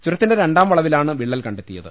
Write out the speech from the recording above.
ചുര ത്തിന്റെ രണ്ടാം വളവിലാണ് വിള്ളൽ കണ്ടെത്തിയത്